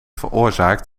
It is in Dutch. veroorzaakt